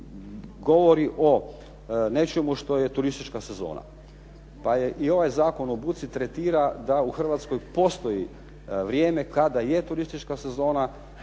govori o nečemu što je turistička sezona. Pa i ovaj Zakon o buci tretira da u Hrvatskoj postoji vrijeme kada je turistička sezona